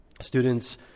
Students